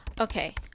Okay